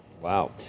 Wow